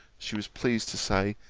she was pleased to say,